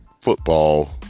Football